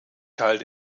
halte